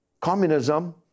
communism